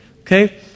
Okay